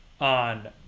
on